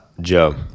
Joe